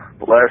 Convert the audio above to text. last